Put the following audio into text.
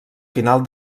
final